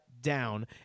down